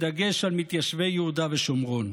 בדגש על מתיישבי יהודה ושומרון.